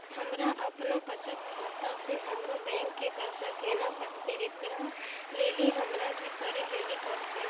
हमरा आपनौ बचत खाता से हमरौ बैंक के कर्जा केना कटतै ऐकरा लेली हमरा कि करै लेली परतै?